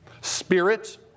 Spirit